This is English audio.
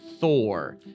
Thor